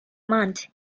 month